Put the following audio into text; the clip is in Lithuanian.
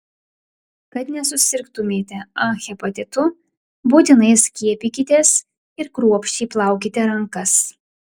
kad nesusirgtumėte a hepatitu būtinai skiepykitės ir kruopščiai plaukite rankas